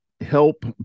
help